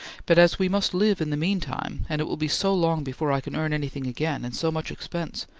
but as we must live in the meantime, and it will be so long before i can earn anything again, and so much expense,